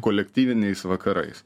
kolektyviniais vakarais